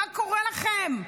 מה קורה לכם?